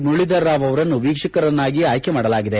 ಮುರಳಿಧರ್ರಾವ್ ಅವರನ್ನು ವೀಕ್ಷಕರನ್ನಾಗಿ ಆಯ್ಕೆ ಮಾಡಲಾಗಿದೆ